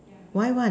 why one